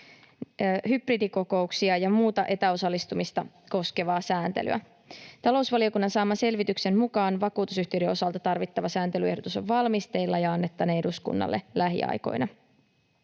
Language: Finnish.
hybridikokouksia ja muuta etäosallistumista koskevaa sääntelyä. Talousvaliokunnan saaman selvityksen mukaan vakuutusyhtiöiden osalta tarvittava sääntelyehdotus on valmisteilla ja annettaneen eduskunnalle lähiaikoina.